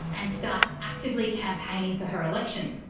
and start actively campaigning for her election?